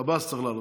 הבא שצריך לעלות.